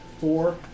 Four